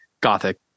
gothic